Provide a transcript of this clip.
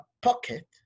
pocket